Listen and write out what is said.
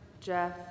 jeff